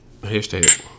Hashtag